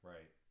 Right